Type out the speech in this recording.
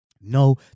No